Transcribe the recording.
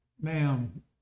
Ma'am